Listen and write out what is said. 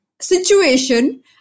situation